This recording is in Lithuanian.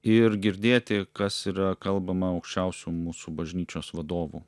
ir girdėti kas yra kalbama aukščiausių mūsų bažnyčios vadovų